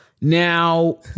Now